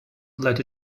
let